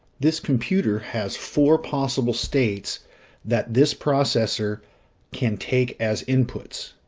this computer has four possible states that this processor can take as inputs.